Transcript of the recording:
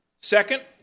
Second